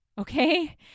Okay